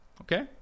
Okay